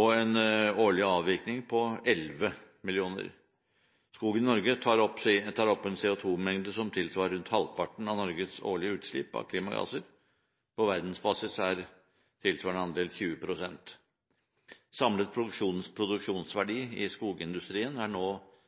og en årlig avvirkning på 11 mill. m3. Skogen i Norge tar opp en CO2-mengde som tilsvarer rundt halvparten av Norges årlige utslipp av klimagasser. På verdensbasis er tilsvarende andel 20 pst. Samlet produksjonsverdi i skogindustrien er nå